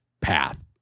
path